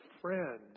friend